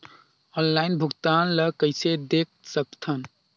Online भुगतान ल कइसे देख सकथन?